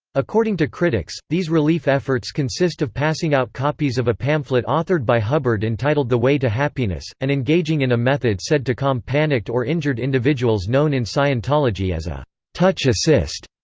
according to critics, these relief efforts consist of passing out copies of a pamphlet authored by hubbard entitled the way to happiness, and engaging in a method said to calm panicked or injured individuals known in scientology as a touch assist.